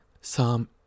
Psalm